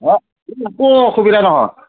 অ একো অসুবিধা নহয়